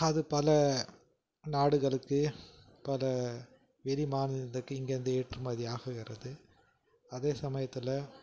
அது பல நாடுகளுக்கு பல வெளி மாநிலத்துக்கு இங்கேயிருந்து ஏற்றுமதி ஆகிறது அதே சமயத்தில்